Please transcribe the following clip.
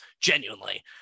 genuinely